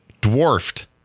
dwarfed